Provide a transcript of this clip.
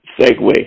segue